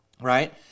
right